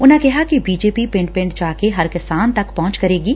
ਉਨਾਂ ਕਿਹਾ ਕਿ ਬੀਜੇਪੀ ਪਿੰਡ ਪਿੰਡ ਜਾ ਕੇ ਹਰ ਕਿਸਾਨ ਤੱਕ ਪਹੁੰਚ ਕਰੇਗੀ